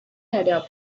idea